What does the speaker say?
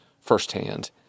firsthand